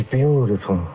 beautiful